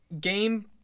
game